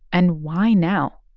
and why now?